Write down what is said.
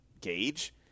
gauge